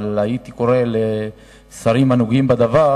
אבל הייתי קורא לשרים הנוגעים בדבר